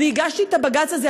אני הגשתי את הבג"ץ הזה,